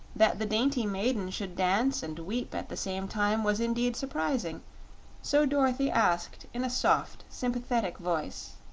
that the dainty maiden should dance and weep at the same time was indeed surprising so dorothy asked in a soft, sympathetic voice